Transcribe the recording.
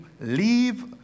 leave